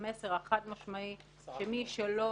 שמי שלא